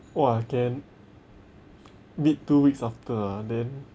!wah! can meet two weeks after ah then